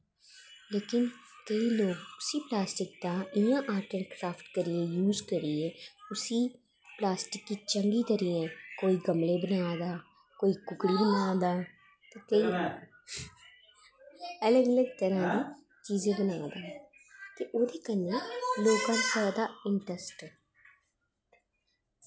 लेकिन केईं लोग उस्से प्लास्टिक दा इ'यां आर्ट एंड क्राफ्ट दा यूज करियै उसी प्लास्टिक गी चंगी करियै कोई गमले बना दा कोई कुकड़ी बना दा ते केईं अलग अलग तरहां दे चीजें कन्नै करा दे ते ओह्दे कन्नै लोकें दा चाहिदा इंटरस्ट